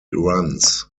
runs